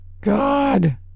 God